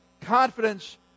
confidence